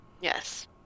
yes